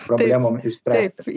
problemom išspręsti